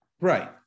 Right